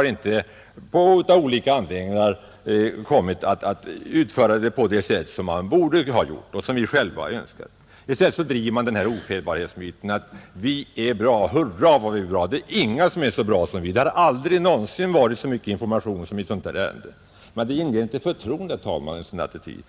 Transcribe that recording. ambitioner, men av olika anledningar har vi inte kommit att utföra det på det sätt man borde ha gjort och vi själva skulle ha önskat. I stället driver man ofelbarhetsmyten och säger: Hurra, vad vi är bra! Det finns inga som är så bra som vi. Det har aldrig någonsin givits så mycken information i ett sådant ärende! Men en sådan attityd inger inte förtroende, herr Löfberg.